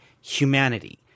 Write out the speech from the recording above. humanity